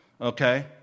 okay